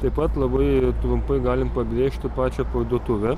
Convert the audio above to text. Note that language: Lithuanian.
taip pat labai trumpai galim pabrėžti pačią parduotuvę